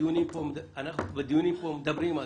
בדיונים פה אנחנו מדברים על